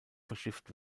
verschifft